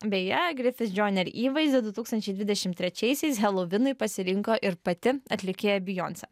beje griffith joyner įvaizdį du tūkstančiai dvidešim trečiaisiais helovinui pasirinko ir pati atlikėja beyonce